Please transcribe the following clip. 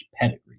pedigree